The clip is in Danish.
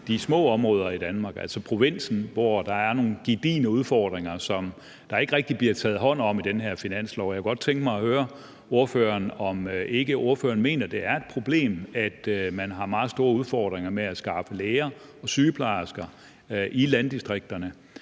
de små områder i Danmark, altså provinsen, hvor der er nogle gedigne udfordringer, som der ikke rigtig bliver taget hånd om i den her finanslov. Jeg kunne godt tænke mig at høre ordføreren, om ikke ordføreren mener, det er et problem, at man har meget store udfordringer med at skaffe læger og sygeplejersker i landdistrikterne,